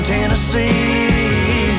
Tennessee